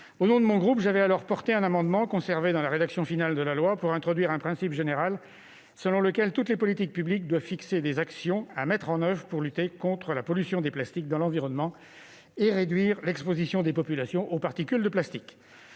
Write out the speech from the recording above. Au nom de mon groupe, j'avais défendu un amendement conservé dans la rédaction finale de la loi tendant à introduire un principe général selon lequel toutes les politiques publiques doivent fixer des actions à mettre en oeuvre pour lutter contre la pollution causée par les plastiques dans l'environnement et réduire l'exposition des populations aux particules de plastique.